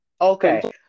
Okay